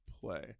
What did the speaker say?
play